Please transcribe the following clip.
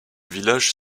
village